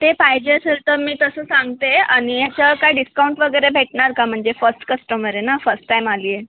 ते पाहिजे असेल तर मी तसं सांगते आणि याच्यावर काय डिस्काऊंट वगैरे भेटणार का म्हणजे फस्ट कस्टमर आहे ना फस्ट टाईम आली आहे